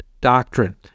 doctrine